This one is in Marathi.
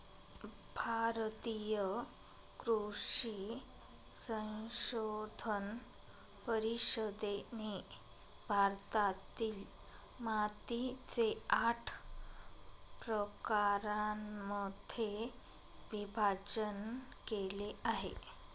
भारतीय कृषी संशोधन परिषदेने भारतातील मातीचे आठ प्रकारांमध्ये विभाजण केले आहे